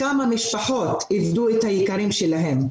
כמה משפחות איבדו את היקרים שלהם,